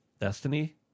destiny